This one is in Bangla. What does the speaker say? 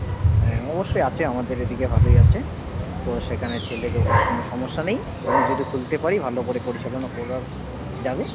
হুম হ্যাঁ অবশ্যই আছে আমাদের এদিকে ভালোই আছে তো সেখানে ছেলেরও কোনো সমস্যা নেই আমি যদি খুলতে পারি ভালো করে পরিচালনা করার যাবে